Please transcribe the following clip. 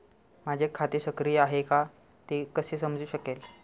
माझे खाते सक्रिय आहे का ते कसे समजू शकेल?